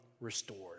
restored